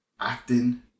acting